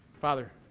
Father